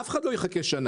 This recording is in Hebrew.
אף אחד לא יחכה שנה.